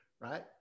right